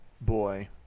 boy